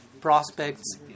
prospects